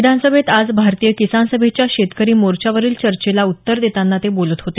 विधानसभेत आज भारतीय किसान सभेच्या शेतकरी मोर्चावरील चर्चेला उत्तर देताना ते बोलत होते